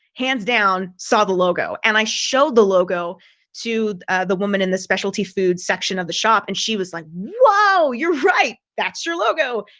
hands down, saw the logo, and i showed the logo to the woman in the specialty food section of the shop. and she was like, whoa, you're right. that's your logo.